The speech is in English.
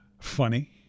funny